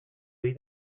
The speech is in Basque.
ohi